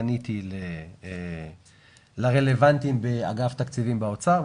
פניתי לרלבנטיים באגף תקציבים באוצר,